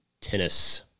Tennis